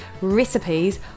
recipes